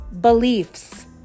beliefs